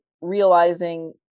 realizing